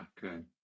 good